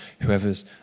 whoever's